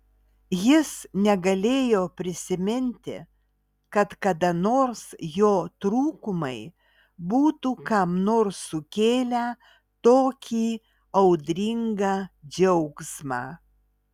jis negalėjo prisiminti kad kada nors jo trūkumai būtų kam nors sukėlę tokį audringą džiaugsmą